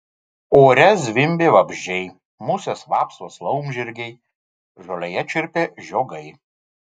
ore zvimbė vabzdžiai musės vapsvos laumžirgiai žolėje čirpė žiogai